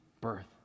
birth